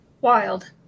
Wild